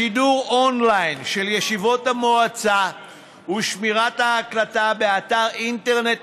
שידור און-ליין של ישיבות המועצה ושמירת ההקלטה באתר אינטרנט